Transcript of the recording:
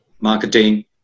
marketing